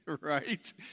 right